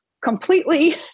completely